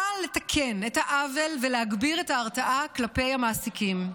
באה לתקן את העוול ולהגביר את ההרתעה כלפי המעסיקים.